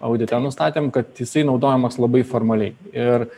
audite nustatėm kad jisai naudojamas labai formaliai ir